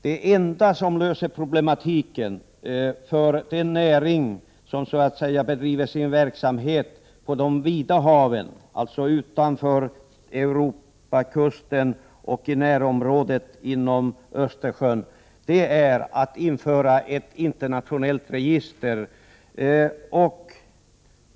Det enda som löser problemen för den näring som bedriver sin verksamhet på de vida haven, alltså utanför Europas kuster och i Östersjöns närområde, är att införa ett internationellt register.